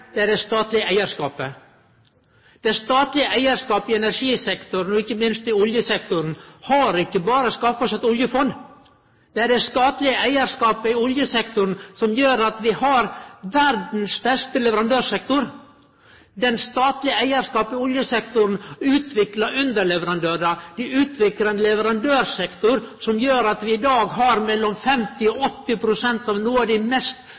Noreg, er den statlege eigarskapen. Den statlege eigarskapen i energisektoren og ikkje minst i oljesektoren har ikkje berre skaffa oss eit oljefond. Det er den statlege eigarskapen i oljesektoren som gjer at vi har verdas beste leverandørsektor. Den statlege eigarskapen i oljesektoren utviklar underleverandørar – han utviklar ein leverandørsektor som gjer at vi i dag har mellom 50 pst. og 80 pst av